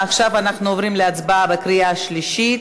עכשיו אנחנו עוברים להצבעה בקריאה השלישית.